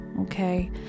okay